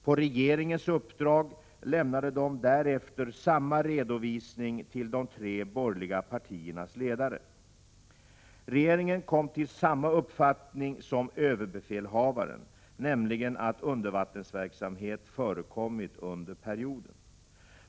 På regeringens uppdrag lämnade de därefter samma redovisning till de tre borgerliga partiernas ledare. Regeringen kom till samma uppfattning som överbefälhavaren, nämligen att undervattensverksamhet förekommit under perioden.